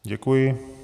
Děkuji.